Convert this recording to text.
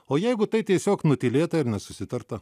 o jeigu tai tiesiog nutylėta ir nesusitarta